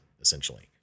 Essentially